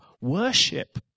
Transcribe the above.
worship